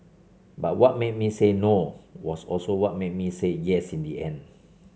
but what made me say no was also what made me say yes in the end